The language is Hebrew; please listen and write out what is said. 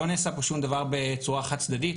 לא נעשה פה שום דבר בצורה חד צדדית,